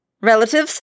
relatives